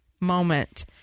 moment